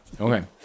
Okay